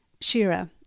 Shira